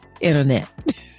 internet